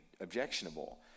objectionable